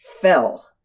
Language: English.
fell